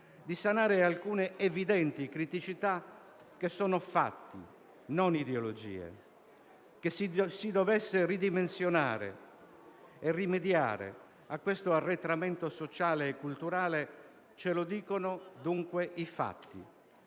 di sanare alcune evidenti criticità che sono fatti e non ideologie. Che si dovesse ridimensionare e rimediare a questo arretramento sociale e culturale ce lo dicono dunque i fatti.